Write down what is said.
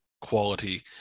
quality